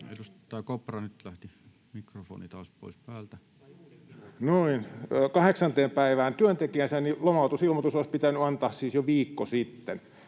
...8. päivään työntekijänsä lomautusilmoitus olisi pitänyt antaa jo viikko sitten.